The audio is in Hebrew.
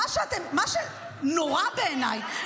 מה שנורא בעיניי,